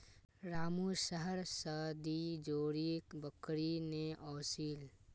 रामू शहर स दी जोड़ी बकरी ने ओसील